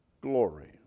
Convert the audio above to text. glory